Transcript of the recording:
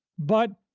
but,